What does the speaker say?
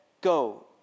go